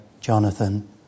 Jonathan